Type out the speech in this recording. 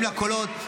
-- לקולות,